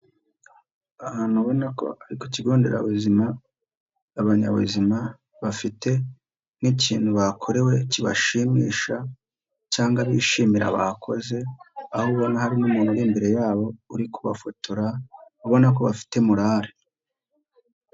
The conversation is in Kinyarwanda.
Ahantu ubona ko ari ku kigo nderabuzima, abanyabuzima bafite nk'ikintu bakorewe kibashimisha cyangwa bishimira bakoze, aho ubona hari umuntu uri imbere yabo uri kubafotora, ubona ko bafite morale.